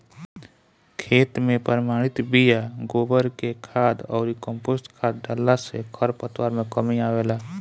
खेत में प्रमाणित बिया, गोबर के खाद अउरी कम्पोस्ट खाद डालला से खरपतवार में कमी आवेला